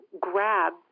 grab